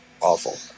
Awful